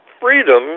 freedom